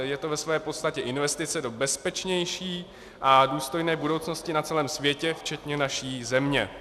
Je to ve své podstatě investice do bezpečnější a důstojné budoucnosti na celém světě včetně naší země.